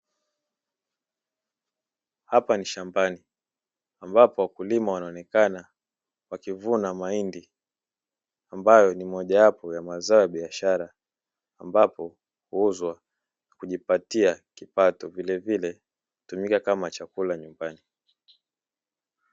Hapa ni shambani, ambapo wakulima wanaonekana wakivuna mahindi ambayo ni moja wapo ya mazao ya biashara, ambapo huuzwa na kujipatia kipato vilevile hutumika kama chakula nyumbani.